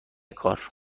کار